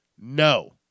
No